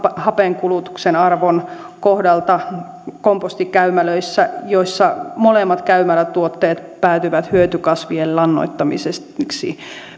hapenkulutuksen arvon kohdalta kompostikäymälöissä joissa molemmat käymälätuotteet päätyvät hyötykasvien lannoittamiseksi